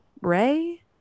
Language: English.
Ray